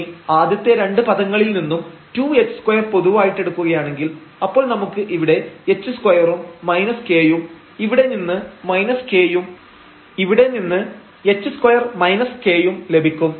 ഇനി ആദ്യത്തെ രണ്ട് പദങ്ങളിൽ നിന്നും 2h2 പൊതുവായിട്ടെടുക്കുകയാണെങ്കിൽ അപ്പോൾ നമുക്ക് ഇവിടെ h2 ഉം k യും ഇവിടെ നിന്ന് k യും ഇവിടെനിന്ന് h2 k യും ലഭിക്കും